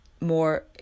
more